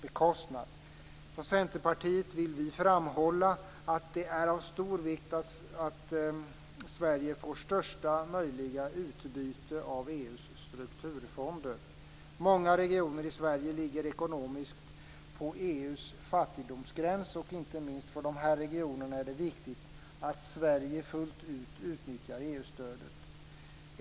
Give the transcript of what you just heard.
Från Centerpartiet vill vi framhålla att det är av stor vikt att Sverige får största möjliga utbyte av EU:s strukturfonder. Många regioner i Sverige ligger ekonomiskt på EU:s fattigdomsgräns, och inte minst för dessa regioner är det viktigt att Sverige fullt ut utnyttjar EU-stödet.